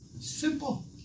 Simple